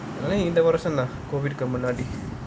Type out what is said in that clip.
இந்த வருஷம் தான்:intha varusham thaan COVID முன்னாடி:munnaadi